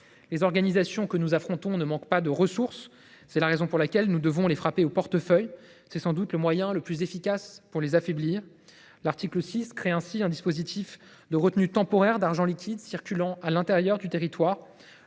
Les organisations que nous affrontons ne manquent pas de ressources, raison pour laquelle nous devons les frapper au portefeuille. Tel est sans doute le moyen le plus efficace pour les affaiblir. Ainsi, l’article 6 crée un dispositif de retenue temporaire d’argent liquide circulant à l’intérieur du territoire